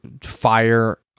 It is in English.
fire